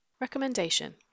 Recommendation